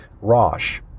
Rosh